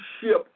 ship